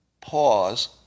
pause